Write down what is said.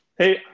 Hey